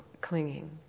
clinging